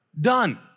done